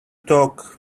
talk